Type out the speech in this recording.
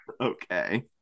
Okay